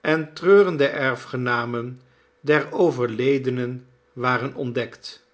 en treurende erfgenamen der overledenen waren ontdekt